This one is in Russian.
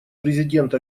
президент